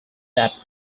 that